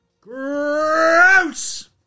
Gross